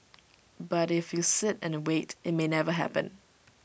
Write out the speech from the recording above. but if you sit and wait IT may never happen